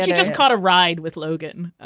just caught a ride with logan